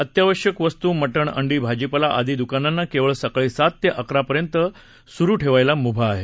अत्यावश्यक वस्तू मटण अंडी भाजीपाला आदी दुकानांना केवळ सकाळी सात ते अकरा पर्यंत सुरू ठेवायला मुभा दिली आहे